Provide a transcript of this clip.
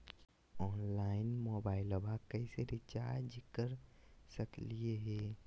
Online मोबाइलबा कैसे recharge कर सकलिए है?